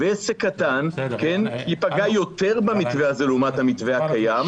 עסק קטן ייפגע יותר במתווה הזה לעומת המתווה הקיים,